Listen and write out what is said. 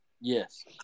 Yes